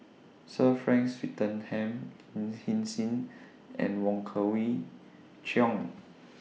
Sir Frank Swettenham Lin Hsin Hsin and Wong Kwei Cheong